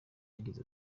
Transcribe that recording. yagize